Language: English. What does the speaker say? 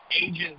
agents